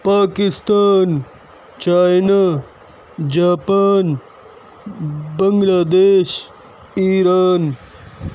Pakistan China Japan Bangladesh Iran